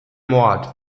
mord